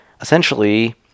Essentially